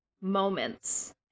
moments